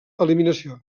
eliminació